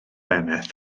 eneth